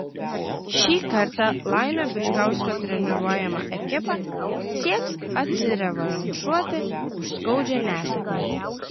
šį kartą laimio bičkausko treniruojama ekipa sieks atsirevanšuoti už skaudžią nesėkmę